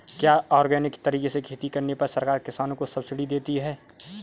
क्या ऑर्गेनिक तरीके से खेती करने पर सरकार किसानों को सब्सिडी देती है?